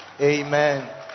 Amen